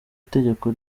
itegeko